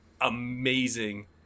amazing